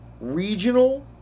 regional